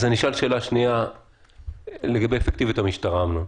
אז אשאל שאלה שניה לגבי אפקטיביות המשטרה, אמנון.